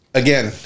again